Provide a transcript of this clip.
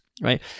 right